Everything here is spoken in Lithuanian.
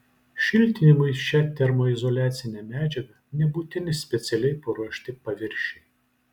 šiltinimui šia termoizoliacine medžiaga nebūtini specialiai paruošti paviršiai